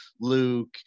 Luke